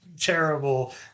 terrible